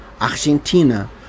Argentina